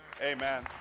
Amen